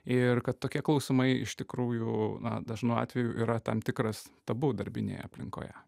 ir kad tokie klausimai iš tikrųjų dažnu atveju yra tam tikras tabu darbinėje aplinkoje